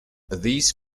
these